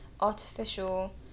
artificial